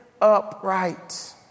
upright